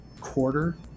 quarter